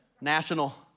National